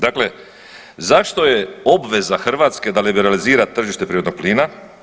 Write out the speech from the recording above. Dakle, zašto je obveza Hrvatske da liberalizira tržište prirodnog plina?